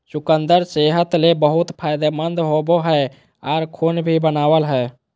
चुकंदर सेहत ले बहुत फायदेमंद होवो हय आर खून भी बनावय हय